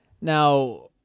Now